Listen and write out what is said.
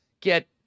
get